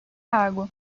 água